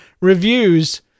reviews